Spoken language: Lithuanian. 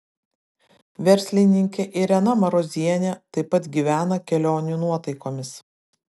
verslininkė irena marozienė taip pat gyvena kelionių nuotaikomis